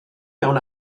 mewn